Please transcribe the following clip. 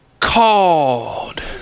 called